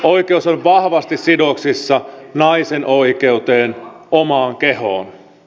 oikeus on vahvasti sidoksissa naisten oikeuteen omaan kehoon